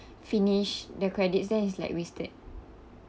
finish the credit then it's like wasted